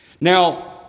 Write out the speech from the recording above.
Now